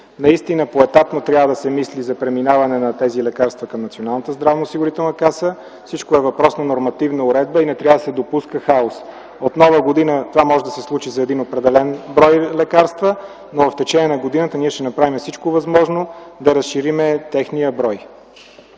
Наистина поетапно трябва да се мисли за преминаването на тези лекарства към Националната здравноосигурителна каса. Всичко е въпрос на нормативна уредба и не трябва да се допуска хаос. От Нова година това може да се случи за един определен брой лекарства, но в течение на годината ние ще направим всичко възможно да разширим техния брой.